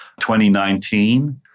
2019